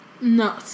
No